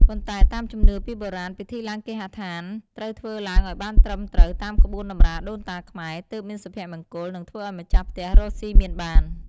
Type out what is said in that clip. ប៉ុន្តែតាមជំនឿពីបុរាណ ពិធីឡើងគេហដ្ឋានត្រូវធ្វើឱ្យបានត្រឹមត្រូវតាមក្បួនតម្រាដូនតាខ្មែរ ទើបមានសុភមង្គល និងធ្វើឲ្យម្ចាស់ផ្ទះរកសុីមានបាន។